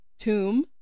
tomb